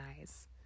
eyes